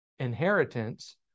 inheritance